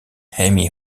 emmy